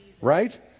right